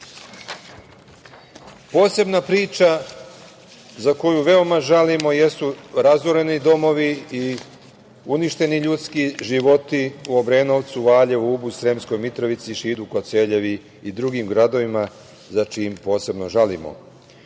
priča za koju veoma žalimo jesu razoreni domovi i uništeni ljudski životu u Obrenovcu, Valjevu, Ubu, Sremskoj Mitrovici, Šidu, Koceljevi i drugim gradovima, za čim posebno žalimo. Od